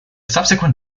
subsequent